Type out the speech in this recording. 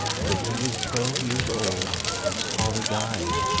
when he was twelve years old, his father died,